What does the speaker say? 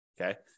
Okay